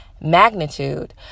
magnitude